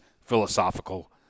philosophical